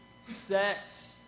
sex